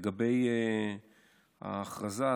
לגבי ההכרזה,